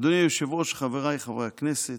"אדוני היושב-ראש, חבריי חברי הכנסת,